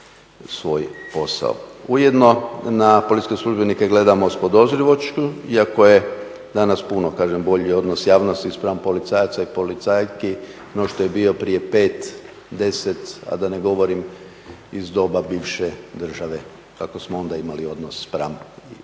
Ujedno na policijske službenike gledamo s podozrivošću, iako je danas puno, kažem, bolji odnos javnosti spram policajaca i policajki no što je bio prije pet, deset, a da ne govorim iz doba bivše države kako smo onda imali odnos spram i